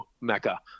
mecca